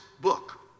book